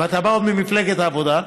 ואתה עוד בא עוד ממפלגת העבודה,